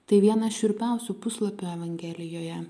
tai vienas šiurpiausių puslapių evangelijoje